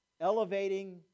elevating